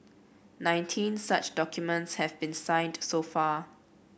nineteen such documents have been signed so far